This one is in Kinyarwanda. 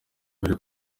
mbere